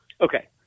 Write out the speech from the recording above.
Okay